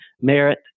merit